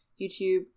youtube